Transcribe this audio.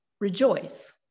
Rejoice